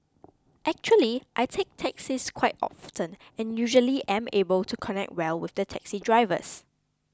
actually I take taxis quite often and usually am able to connect well with the taxi drivers